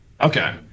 Okay